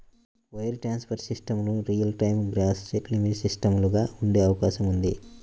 wire transfer సిస్టమ్లు real time gross settlement సిస్టమ్లుగా ఉండే అవకాశం ఉంది